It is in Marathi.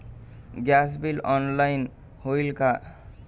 गॅस बिल ऑनलाइन होईल का?